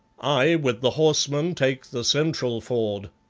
i, with the horsemen, take the central ford.